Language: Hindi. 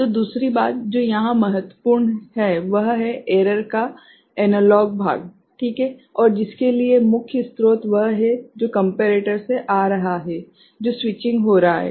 तो दूसरी बात जो यहां महत्वपूर्ण है वह है एरर का एनालॉग भाग ठीक है और जिसके लिए मुख्य स्रोत वह है जो कम्पेरेटर से आ रहा है जो स्विचिंग हो रहा है